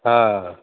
हा